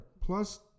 plus